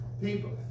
people